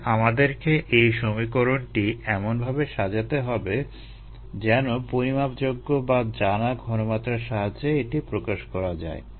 তাই আমাদেরকে এই সমীকরণটি এমনভাবে সাজাতে হবে যেন পরিমাপযোগ্য বা জানা ঘনমাত্রার সাহায্যে এটি প্রকাশ করা যায়